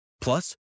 Plus